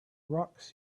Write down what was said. rocks